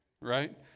Right